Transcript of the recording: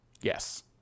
Yes